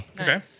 Okay